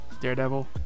Daredevil